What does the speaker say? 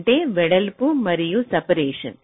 అంటే వెడల్పు మరియు సపరేషన్